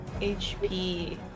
hp